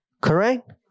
Correct